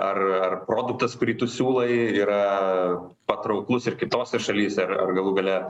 ar ar produktas kurį tu siūlai yra patrauklus ir kitose šalyse ar ar galų gale